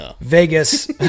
Vegas